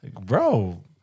Bro